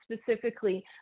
specifically